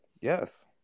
Yes